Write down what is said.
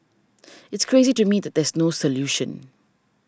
it's crazy to me that there's no solution